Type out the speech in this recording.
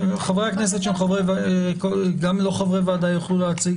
חברי הכנסת שהם גם לא חברי ועדה יוכלו להציג